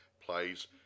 plays